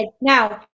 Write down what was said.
Now